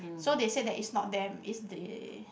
so they said that is not them is they